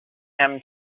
him